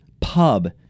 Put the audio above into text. pub